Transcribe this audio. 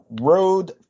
road